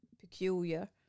peculiar